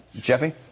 Jeffy